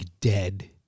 dead